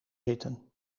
zitten